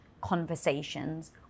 conversations